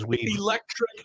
electric